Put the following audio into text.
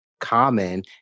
common